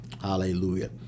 hallelujah